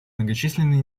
многочисленные